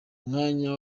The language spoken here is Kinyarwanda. mwanya